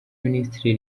minisitiri